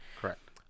correct